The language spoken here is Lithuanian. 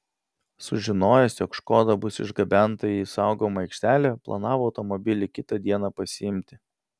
sužinojęs jog škoda bus išgabenta į saugomą aikštelę planavo automobilį kitą dieną pasiimti